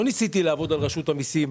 לא ניסיתי לעבוד על רשות המיסים,